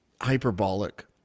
hyperbolic